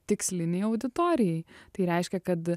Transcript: tikslinei auditorijai tai reiškia kad